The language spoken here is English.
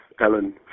Ellen